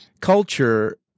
culture